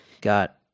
Got